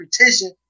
repetition